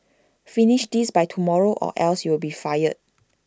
finish this by tomorrow or else you'll be fired